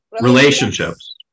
relationships